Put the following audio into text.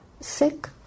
sick